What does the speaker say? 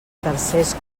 tercers